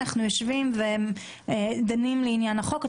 אנחנו יושבים ודנים לעניין החוק.